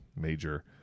major